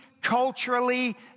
culturally